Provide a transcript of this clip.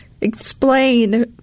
explain